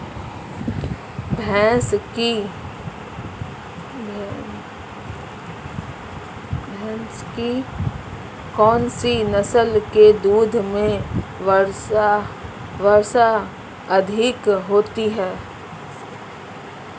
भैंस की कौनसी नस्ल के दूध में वसा अधिक होती है?